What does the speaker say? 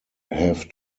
have